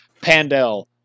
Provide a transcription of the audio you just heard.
Pandel